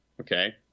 okay